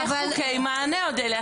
אודליה,